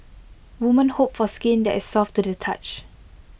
women hope for skin that is soft to the touch